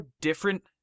different